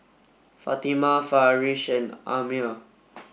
Fatimah Farish and Ammir